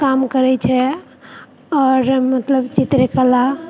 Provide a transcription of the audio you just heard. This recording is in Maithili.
काम करैत छै आओर मतलब चित्रकला